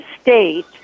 state